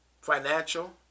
financial